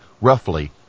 roughly